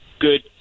good